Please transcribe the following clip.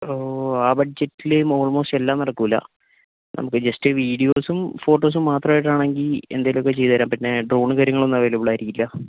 ഓ ആ ബഡ്ജറ്റിൽ ഓൾമോസ്റ്റ് എല്ലാം നടക്കില്ല നമുക്ക് ജസ്റ്റ് വിഡിയോസും ഫോട്ടോസും മാത്രം ആയിട്ട് ആണെങ്കിൽ എന്തെങ്കിലും ഒക്കെ ചെയ്തുതരാം പിന്നെ ഡ്രോണും കാര്യങ്ങളൊന്നും അവൈലബിൾ ആയിരിക്കില്ല